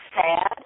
sad